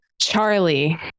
Charlie